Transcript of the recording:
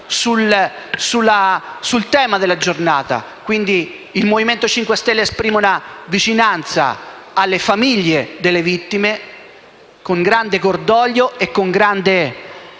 sul tema della giornata. Quindi il Movimento 5 Stelle esprime una vicinanza alle famiglie delle vittime. Con grande cordoglio e con grande